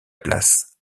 place